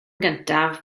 gyntaf